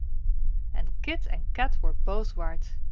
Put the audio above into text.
and kit and kat were both right.